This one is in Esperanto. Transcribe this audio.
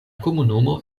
komunumo